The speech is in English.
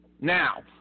Now